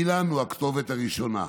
אילן הוא הכתובת הראשונה.